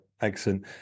Excellent